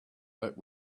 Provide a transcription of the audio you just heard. that